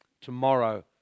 Tomorrow